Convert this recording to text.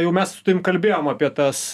jau mes su tavim kalbėjom apie tas